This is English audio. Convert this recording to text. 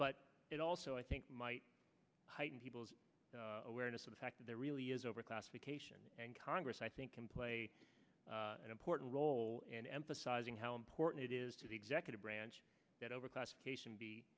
but it also i think might heighten awareness of the fact that there really is overclassification and congress i think can play an important role and emphasizing how important it is to the executive branch that overclassification be